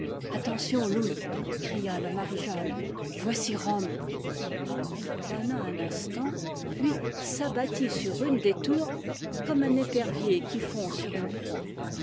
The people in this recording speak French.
attention loull cria la marie-jeanne voici rome elle plana un instant puis s'abattit sur une des tours comme un épervier qui fond sur une proie